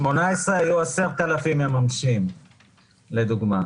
ב-2018 היו 10,000 מממשים, לדוגמה.